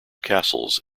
castles